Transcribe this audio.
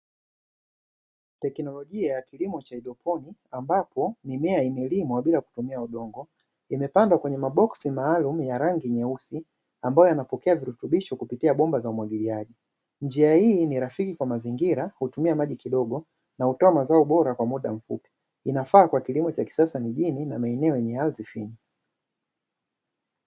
Teknolojia ya kilimo cha haidroponi, ambapo mimea imelimwa bila kutumia udongo, imepandwa kwenye maboksi maalumu ya rangi nyeusi, ambayo yanapokea virutubisho kupitia bomba za umwagiliaji, njia hii ni rafiki kwa mazingira hutumia maji kidogo, na hutoa mazao bora kwa muda mfupi, inafaa kwa kilimo cha kisasa mjini na maeneo yenye ardhi finyu.